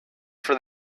for